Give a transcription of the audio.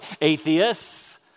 atheists